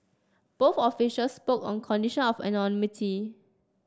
both officials spoke on condition of anonymity